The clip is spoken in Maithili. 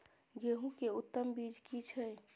गेहूं के उत्तम बीज की छै?